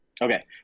Okay